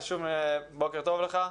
בוקר טוב לכולם.